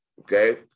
Okay